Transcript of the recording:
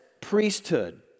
priesthood